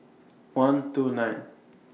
one two nine